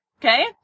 Okay